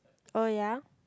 oh ya